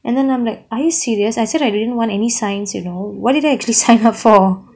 and then I'm like are you serious I said I didn't want any science you know what did I actually sign up for